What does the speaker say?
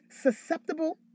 susceptible